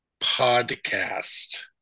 podcast